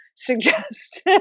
suggest